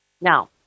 Now